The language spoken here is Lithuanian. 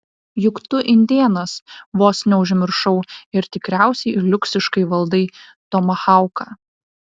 juk tu indėnas vos neužmiršau ir tikriausiai liuksiškai valdai tomahauką